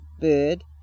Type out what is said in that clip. bird